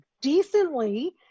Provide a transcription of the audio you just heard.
decently